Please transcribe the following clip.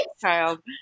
child